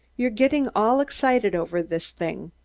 you're gettin' all excited over this thing.